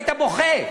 היית בוכה.